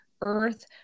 earth